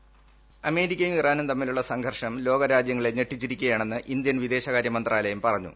voice അമേരിക്കയും ഇറാനും തമ്മിലുള്ള സംഘർഷം ലോക രാജ്യങ്ങളെ ഞെട്ടിച്ചിരിക്കുകയാണെന്ന് ഇന്ത്യൻ പിദേശകാര്യ മന്ത്രാലയം പറഞ്ഞു